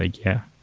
ah yeah.